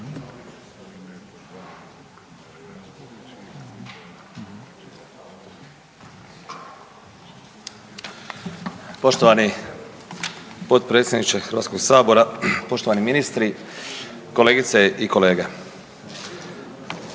Poštovani predsjedniče Hrvatskog sabora, poštovana ministrice, poštovani